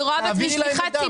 אם את רוצה תעבירי להם מידע.